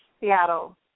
Seattle